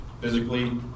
physically